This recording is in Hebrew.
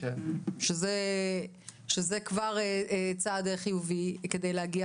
שזה כבר צעד חיובי כדי להגיע